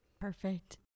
perfect